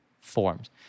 forms